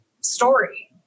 story